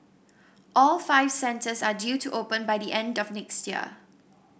all five centres are due to open by the end of next year